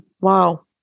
Wow